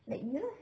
like you know